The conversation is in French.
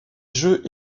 jeux